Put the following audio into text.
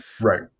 Right